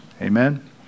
Amen